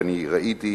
ואני ראיתי,